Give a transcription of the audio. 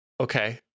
Okay